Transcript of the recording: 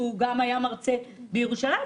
שהיה מרצה בירושלים,